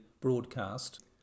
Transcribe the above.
broadcast